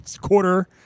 quarter